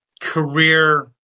career